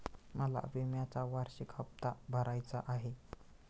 मला विम्याचा वार्षिक हप्ता भरायचा आहे